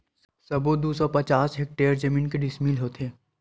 सबो दू सौ पचास हेक्टेयर जमीन के डिसमिल होथे?